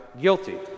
guilty